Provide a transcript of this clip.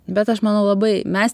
bet aš manau labai mes